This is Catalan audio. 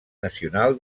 nacional